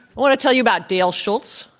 want to tell you about dale schultz,